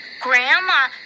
Grandma